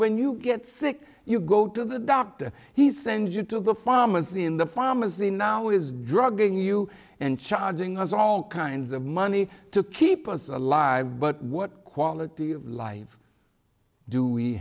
when you get sick you go to the doctor he sends you to the pharmacy in the pharmacy now is drugging you and charging us all kinds of money to keep us alive but what quality of life do we